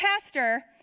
pastor